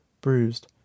bruised